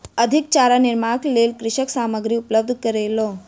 अधिक चारा निर्माणक लेल कृषक सामग्री उपलब्ध करौलक